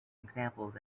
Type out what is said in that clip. examples